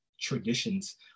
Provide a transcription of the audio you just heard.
traditions